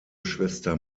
schwester